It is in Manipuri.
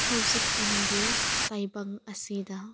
ꯍꯧꯖꯤꯛ ꯀꯥꯟꯒꯤ ꯇꯥꯏꯕꯪ ꯑꯁꯤꯗ